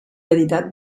editat